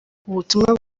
ubutumwa